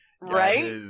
Right